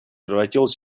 превратилась